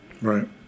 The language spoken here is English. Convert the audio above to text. Right